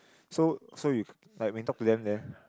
so so you like when you talk to them there